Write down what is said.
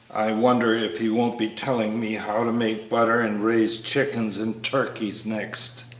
i wonder if he won't be telling me how to make butter and raise chickens and turkeys next!